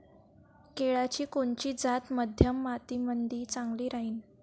केळाची कोनची जात मध्यम मातीमंदी चांगली राहिन?